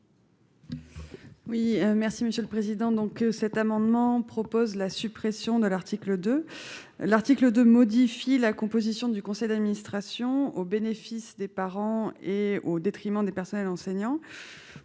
Oui merci monsieur le président, donc, cet amendement propose la suppression de l'article 2 l'article de modifier la composition du conseil d'administration au bénéfice des parents et au détriment des personnels enseignants,